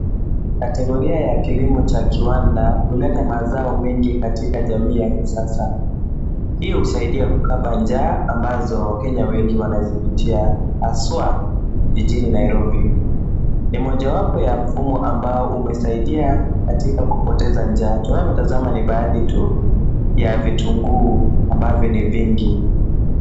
Kategoria ya kilimo cha kiwanda huleta mazao mengi katika jamii ya kisasa. Ndio husaidia kukaba njaa ambazo wakenya wengi wanazipitia haswa jijini Nairobi. Ni mojawapo ya mfumo ambao umesaidia katika kupoteza njaa. Tunavyotazama ni baadhi tu ya vitunguu ambavyo ni vingi.